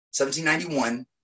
1791